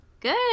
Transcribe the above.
Good